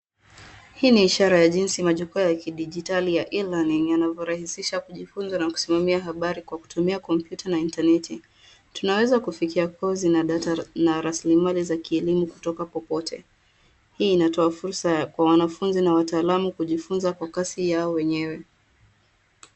Hii ni ishara ya jinsi majukwaa ya kidijitali ya e-learning yanavyorahisisha kujifunza na kusimamia habari kwa kutumia computer na interneti. Tunaweza kufikia kozi na data na rasilimali za kielimu kutoka popote. Hii inatoa fursa kwa wanafunzi na wataalamu kujifunza kwa kasi yao wenyewe.